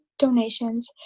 donations